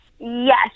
Yes